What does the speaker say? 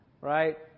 Right